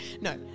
No